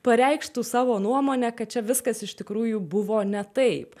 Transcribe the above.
pareikštų savo nuomonę kad čia viskas iš tikrųjų buvo ne taip